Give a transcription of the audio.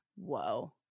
Whoa